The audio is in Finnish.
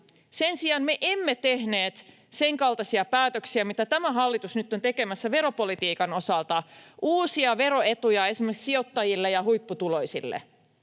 Sen sijaan me emme tehneet sen kaltaisia päätöksiä, mitä tämä hallitus nyt on tekemässä veropolitiikan osalta: uusia veroetuja esimerkiksi sijoittajille ja huipputuloisille.